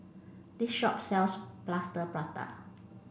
this shop sells plaster Prata